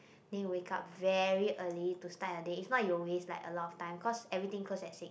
then you wake up very early to start your day if not you will waste like a lot of time cause everything close at six